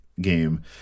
game